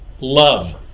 love